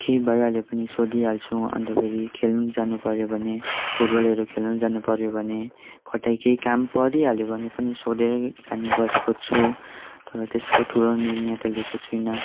केही भइहाल्यो भने पनि सोधिहाल्छु अन्त फेरि खेल्नु जानुपऱ्यो भने फुटबलहरू खेल्नु जानुपऱ्यो भने कतै केही काम परिहाल्यो भने पनि सोधेरै जाने गरेको छु तर त्यस्तो ठुलो निर्णय त लिएको छुइनँ